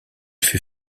fut